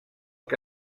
que